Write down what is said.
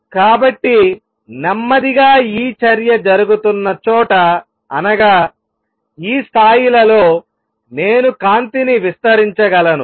కాబట్టి నెమ్మదిగా ఈ చర్య జరుగుతున్న చోట అనగా ఈ స్థాయిలలో నేను కాంతి ని విస్తరించగలను